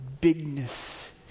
bigness